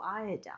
iodine